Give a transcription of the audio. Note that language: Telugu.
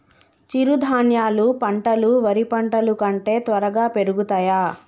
చిరుధాన్యాలు పంటలు వరి పంటలు కంటే త్వరగా పెరుగుతయా?